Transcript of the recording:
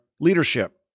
leadership